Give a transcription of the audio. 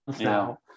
now